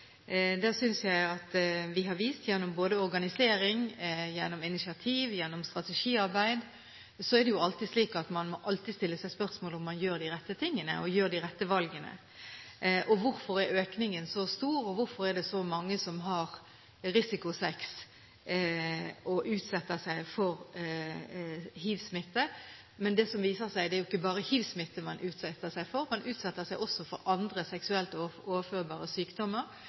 Det synes jeg vi har vist gjennom både organisering, initiativ og strategiarbeid. Så er det slik at man må alltid stille seg spørsmål om man gjør de rette tingene og tar de rette valgene. Hvorfor er økningen så stor, og hvorfor er det så mange som har risikosex og utsetter seg for hivsmitte? Men det viser seg at det er jo ikke bare hivsmitte man utsetter seg for, man utsetter seg også for andre seksuelt overførbare sykdommer,